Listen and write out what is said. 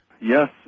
Yes